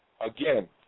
Again